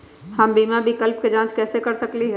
हम बीमा विकल्प के जाँच कैसे कर सकली ह?